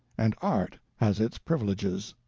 and art has its privileges.